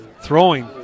throwing